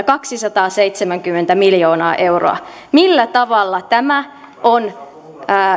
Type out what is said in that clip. kaksisataaseitsemänkymmentä miljoonaa euroa millä tavalla tämä on